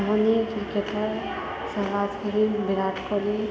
Dhoni cricketer Sehwag Virat Kohli